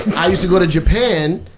i used to go to japan.